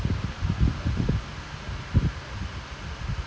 what the தாடி:thaadi lah then I mean like they quite decent lah but like